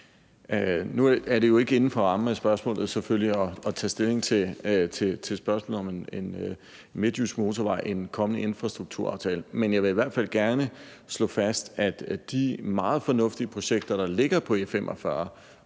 selvfølgelig ikke inden for rammen af spørgsmålet at tage stilling til spørgsmålet om en midtjysk motorvej i en kommende infrastrukturaftale. Men jeg vil i hvert fald gerne slå fast, at de meget fornuftige projekter, der ligger på E45